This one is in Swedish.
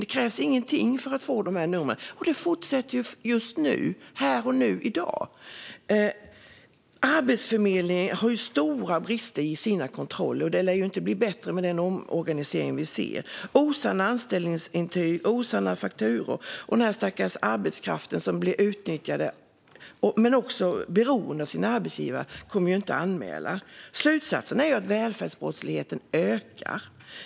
Det krävs ingenting för att få de här numren, och det fortsätter här och nu, i dag. Arbetsförmedlingen har stora brister i sina kontroller, och det lär inte bli bättre med den omorganisering som vi ser. Osanna anställningsintyg och osanna fakturor förekommer, och den stackars arbetskraften som blir utnyttjad men också beroende av sina arbetsgivare kommer inte att anmäla. Slutsatsen är att välfärdsbrottsligheten ökar.